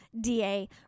DA